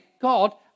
God